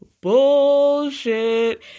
bullshit